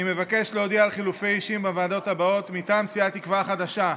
אני מבקש להודיע על חילופי אישים בוועדות הבאות: מטעם סיעה תקווה חדשה,